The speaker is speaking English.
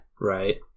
Right